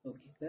Okay